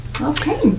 Okay